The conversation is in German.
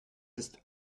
ist